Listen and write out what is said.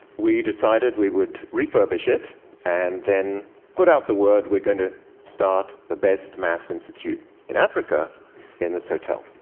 we decided we would refurbish it and then put out the word we're going to start the best math institute in africa in this hotel.